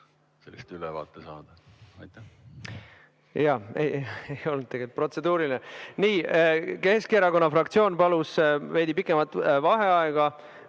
sellest ülevaade saada? See ei olnud tegelikult protseduuriline. Nii, Keskerakonna fraktsioon palus veidi pikemat vaheaega.